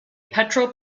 petrel